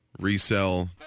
Resell